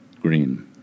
Green